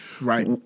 Right